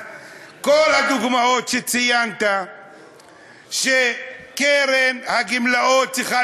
אז כל הדוגמאות שציינת שקרן הגמלאות צריכה